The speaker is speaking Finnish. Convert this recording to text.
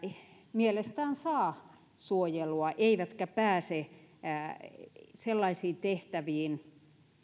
mielestään saa suojelua eivätkä pääse sellaisiin tehtäviin